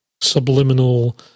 subliminal